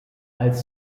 als